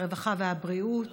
הרווחה והבריאות?